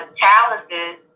challenges